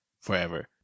forever